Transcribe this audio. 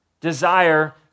desire